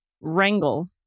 Wrangle